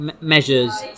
measures